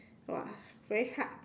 !wah! very hard